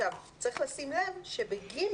צריך לשים לב שב-(ג)